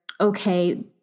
okay